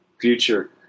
future